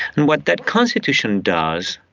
and what that constitution does,